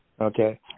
Okay